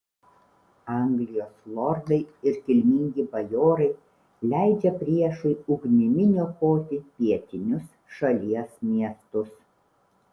anglijos lordai ir kilmingi bajorai leidžia priešui ugnimi niokoti pietinius šalies miestus